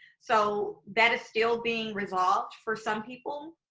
so that is still being resolved for some people.